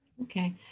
Okay